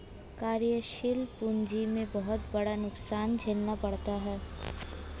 कार्यशील पूंजी में बहुत बड़ा नुकसान झेलना पड़ता है